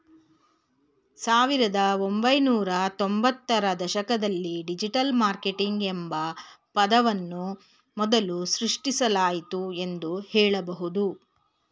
ಸಾವಿರದ ಒಂಬೈನೂರ ತ್ತೊಂಭತ್ತು ರ ದಶಕದಲ್ಲಿ ಡಿಜಿಟಲ್ ಮಾರ್ಕೆಟಿಂಗ್ ಎಂಬ ಪದವನ್ನು ಮೊದಲು ಸೃಷ್ಟಿಸಲಾಯಿತು ಎಂದು ಹೇಳಬಹುದು